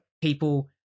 people